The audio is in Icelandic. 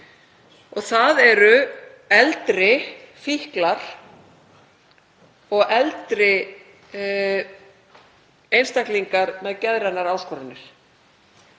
Það eru eldri fíklar og eldri einstaklingar með geðrænar áskoranir.